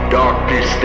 darkness